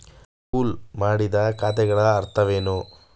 Pool ಮಾಡಿದ ಖಾತೆಗಳ ಅರ್ಥವೇನು?